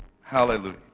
Hallelujah